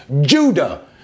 Judah